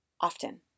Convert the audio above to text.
often